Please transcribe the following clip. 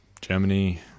Germany